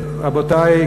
רבותי,